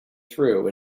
through